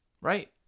right